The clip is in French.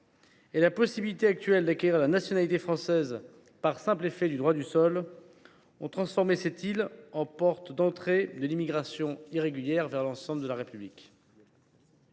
et la possibilité actuelle d’acquérir la nationalité française par simple effet du droit du sol ont transformé cette île en porte d’entrée de l’immigration irrégulière vers la République.